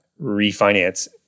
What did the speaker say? refinance